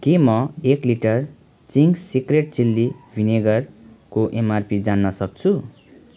के म एक लिटर चिङ्स सिक्रेट चिल्ली भिनेगरको एमआरपी जान्नसक्छु